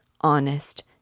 honest